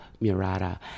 Murata